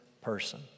person